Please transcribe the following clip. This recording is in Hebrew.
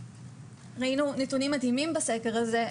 ראינו נתונים מדהימים בסקר הזה.